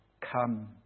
Come